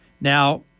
Now